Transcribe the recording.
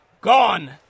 Gone